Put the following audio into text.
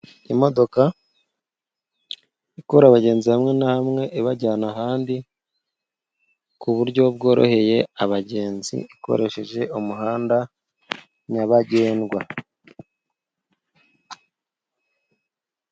Imodoka ivana abagenzi ahantu ibajyana ahandi ku buryo buboroheye ikoresheje umuhanda nyabagendwa